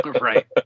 Right